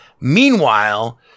meanwhile